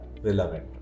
relevant